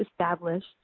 established